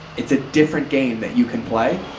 it's a different game that you can play.